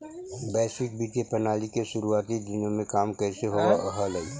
वैश्विक वित्तीय प्रणाली के शुरुआती दिनों में काम कैसे होवअ हलइ